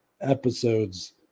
episodes